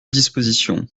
dispositions